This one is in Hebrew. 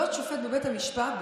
כדי להיות שופט בבית המשפט,